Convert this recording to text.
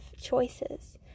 choices